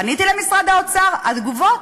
פניתי למשרד האוצר, התגובות: